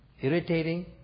irritating